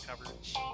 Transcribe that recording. coverage